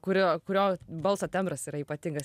kurio kurio balso tembras yra ypatingas